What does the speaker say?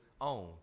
own